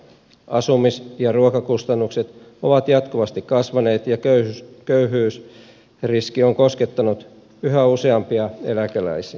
asumis ja ruokakustannukset ovat jatkuvasti kasvaneet ja köyhyysriski on koskettanut yhä useampia eläkeläisiä